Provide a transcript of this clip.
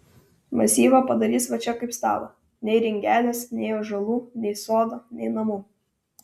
masyvą padarys va čia kaip stalą nei ringelės nei ąžuolų nei sodo nei namų